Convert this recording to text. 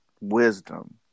wisdom